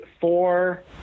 four